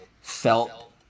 felt